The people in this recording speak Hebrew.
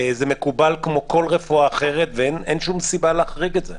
זה מקובל כמו כל רפואה אחרת ואין שום סיבה להחריג את זה.